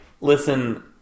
listen